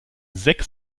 sechs